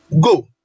Go